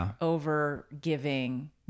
over-giving